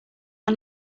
are